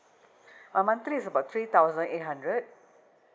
uh monthly is about three thousand eight hundred